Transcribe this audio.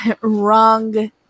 wrong